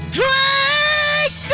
great